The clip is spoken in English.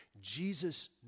Jesus